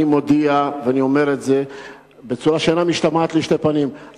אני מודיע ואני אומר את זה בצורה שאינה משתמעת לשתי פנים,